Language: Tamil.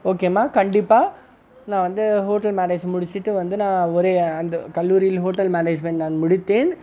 ஓகே மா கண்டிப்பாக நான் வந்து ஹோட்டல் மேனேஜ் முடித்திட்டு வந்து நான் ஒரு அந்த கல்லூரியில் ஹோட்டல் மேனேஜ்மண்ட் நான் முடித்தேன்